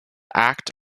act